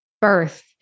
birth